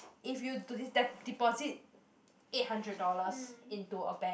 if you to d~ deposit eight hundred dollars into a bank